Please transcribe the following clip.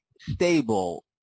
stable